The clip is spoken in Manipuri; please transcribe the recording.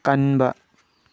ꯀꯟꯕ